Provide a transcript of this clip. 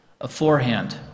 aforehand